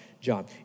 John